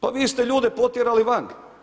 Pa vi ste ljude potjerali vanka.